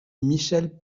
michel